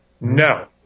No